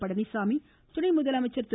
பழனிச்சாமி துணை முதலமைச்சர் திரு